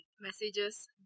messages